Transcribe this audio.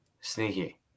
Sneaky